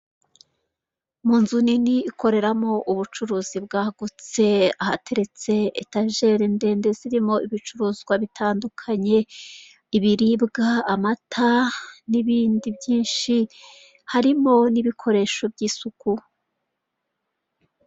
Imodoka ifite ibara ry'umweru yo mu bwoko bwa Hyundai iparitse hamwe nandi mamodoka menshi ifite icyapa cya ndistseho kigali Carizi maketi iparitse imbere yinzu ifite irangi ry'umuhondo n'amadirishya y'umukara na konteneli y'umutuku .